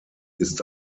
ist